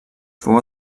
fou